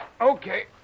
okay